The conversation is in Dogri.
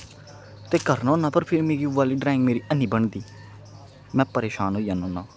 ते करना होन्ना पर फिर मिगी ओऐ गल्ल ड्रांइग मेरी हैनी बनदी में परेशान होई जन्ना होन्ना